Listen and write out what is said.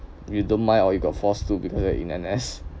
you don't mind or you got forced to because you in N_S